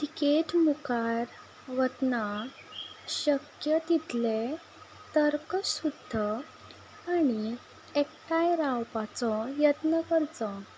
टिकेक मुखार वतना शक्य तितले तर्कशुध्द आनी एकठांय रावपाचो यत्न करचो